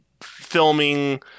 filming